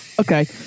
Okay